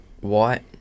white